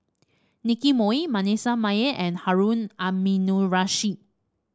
Nicky Moey Manasseh Meyer and Harun Aminurrashid